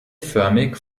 förmig